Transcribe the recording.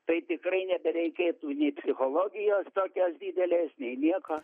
tai tikrai nebereikėtų nei psichologijos tokios didelės nei nieko